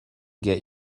get